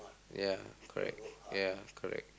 ya correct ya correct